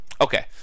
Okay